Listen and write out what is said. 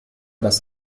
das